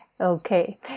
Okay